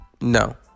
No